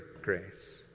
grace